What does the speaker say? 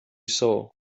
saw